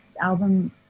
album